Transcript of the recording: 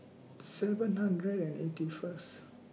seven hundred and eighty First